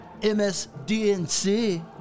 MSDNC